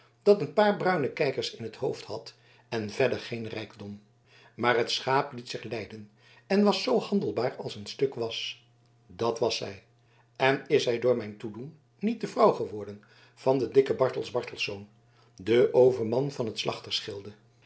dat een paar bruine kijkers in het hoofd had en verder geen rijkdom maar het schaap liet zich leiden en was zoo handelbaar als een stuk was dat was zij en is zij door mijn toedoen niet de vrouw geworden van den dikken bartel bartelsz den overman van het